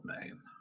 name